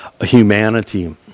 humanity